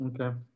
Okay